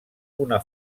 una